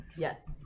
Yes